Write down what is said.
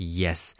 yes